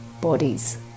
bodies